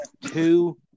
Two